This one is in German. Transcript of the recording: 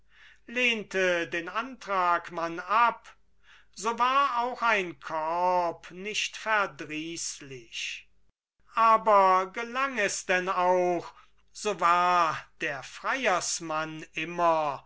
lehnte den antrag man ab so war auch ein korb nicht verdrießlich aber gelang es denn auch so war der freiersmann immer